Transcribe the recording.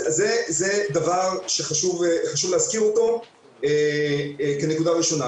זה דבר שחשוב להזכיר כנקודה ראשונה.